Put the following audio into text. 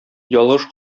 ялгыш